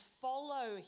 follow